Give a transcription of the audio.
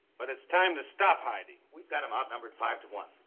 but it's time to stop hiding. we've got them outnumbered five to one.